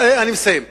אני מסיים.